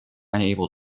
unable